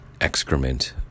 excrement